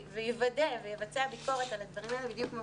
ויוודא ויבצע ביקורת על הדברים האלה בדיוק כמו